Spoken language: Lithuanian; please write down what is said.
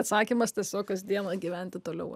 atsakymas tiesiog kasdieną gyventi toliau